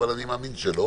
אבל אני מאמין שלא